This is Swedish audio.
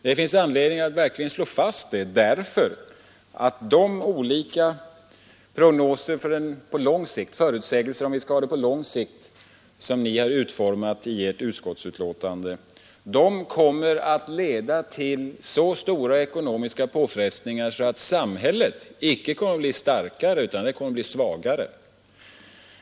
Det finns anledning att verkligen slå fast detta, därför att de olika prognoser om hur vi skall ha det på lång sikt som ni har utformat i ert utskottsbetänkande kommer att leda till så stora ekonomiska påfrestningar att samhället inte kommer att bli starkare utan svagare.